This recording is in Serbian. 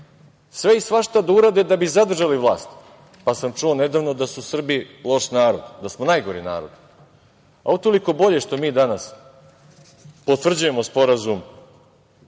sve i svašta da urade da bi zadržali vlast. Čuo sam nedavno da su Srbi loš narod, da smo najgori narod. Utoliko bolje što mi danas potvrđujemo Sporazum